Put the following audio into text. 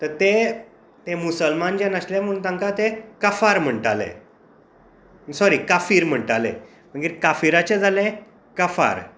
तर ते मुसलमान जेन्ना आसले म्हण तेंका ते काफार म्हणटाले साॅरी काफिर म्हणटाले मागीर काफिराचें जालें काफार